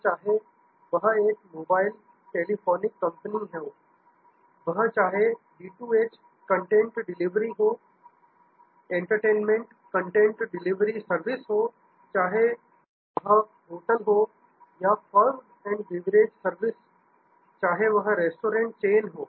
तो चाहे वह एक मोबाइल टेलिफोनिक कंपनी हो चाहे वह D2H कंटेंट डिलीवरी हो एंटरटेनमेंट कंटेंट डिलीवरी सर्विस हो चाहे वह होटल हो या फूड एंड बेवरेज सर्विस चाहे वह रेस्टोरेंट चेन हो